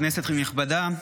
כנסת נכבדה,